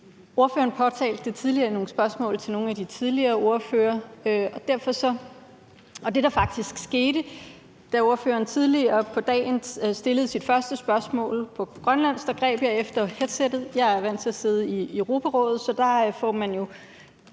Ordføreren påtalte det tidligere i nogle spørgsmål til nogle af de tidligere ordførere, og det, der faktisk skete, da ordføreren tidligere på dagen stillede sit første spørgsmål på grønlandsk, var, at jeg greb ud efter headsettet. Jeg er vant til at sidde i Europarådet, så jeg begyndte jo